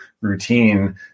routine